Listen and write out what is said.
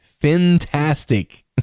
Fantastic